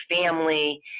family